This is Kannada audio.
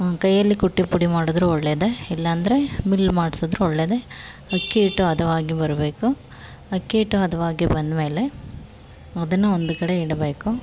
ಕೈಯಲ್ಲಿ ಕುಟ್ಟಿ ಪುಡಿ ಮಾಡಿದರು ಒಳ್ಳೆಯದೆ ಇಲ್ಲಾಂದರೆ ಮಿಲ್ ಮಾಡಿಸಿದ್ರು ಒಳ್ಳೆಯದೆ ಅಕ್ಕಿ ಹಿಟ್ಟು ಹದವಾಗಿ ಬರಬೇಕು ಅಕ್ಕಿ ಹಿಟ್ಟು ಹದ್ವಾಗಿ ಬಂದಮೇಲೆ ಅದನ್ನು ಒಂದು ಕಡೆ ಇಡಬೇಕು